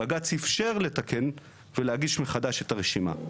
בג"ץ אפשר לתקן ולהגיש מחדש את הרשימה.